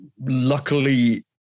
luckily